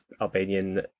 Albanian